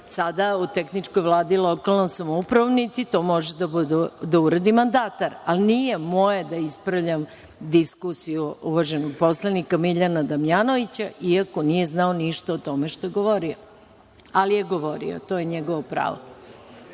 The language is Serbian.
u tehničkoj Vladi, niti to može da uradi mandatar. Nije moje da ispravljam diskusiju uvaženog poslanika Miljana Damjanovića, iako nije znao ništa o tome što je govorio, ali je govorio. To je njegovo pravo.